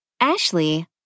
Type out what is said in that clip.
Ashley